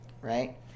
right